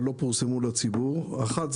אבל לא פורסמו לציבור: האחת,